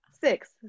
six